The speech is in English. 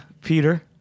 Peter